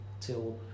till